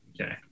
Okay